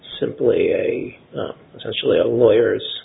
simply a socially lawyers